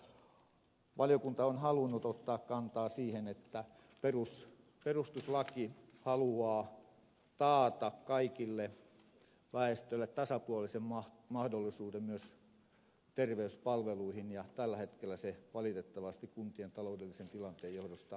ihan lopuksi lyhyesti haluaisin todeta että valiokunta on halunnut ottaa kantaa siihen että perustuslaki haluaa taata kaikelle väestölle tasapuolisen mahdollisuuden myös terveyspalveluihin ja tällä hetkellä se valitettavasti kuntien taloudellisen tilanteen johdosta ei toteudu